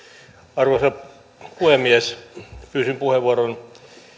arvoisa puhemies pyysin puheenvuoron